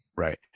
right